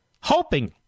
hoping